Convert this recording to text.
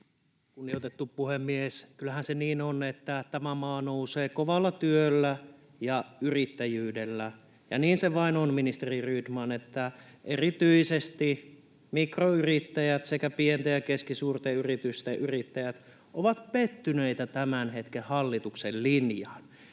Kunnioitettu puhemies! Kyllähän se niin on, että tämä maa nousee kovalla työllä ja yrittäjyydellä. Ja niin se vain on, ministeri Rydman, että erityisesti mikroyrittäjät sekä pienten ja keskisuurten yritysten yrittäjät ovat pettyneitä tämän hetken hallituksen linjaan.